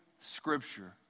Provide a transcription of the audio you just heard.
scripture